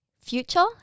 future